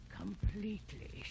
completely